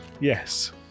Yes